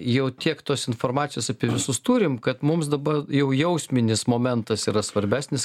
jau tiek tos informacijos apie visus turim kad mums dabar jau jausminis momentas yra svarbesnis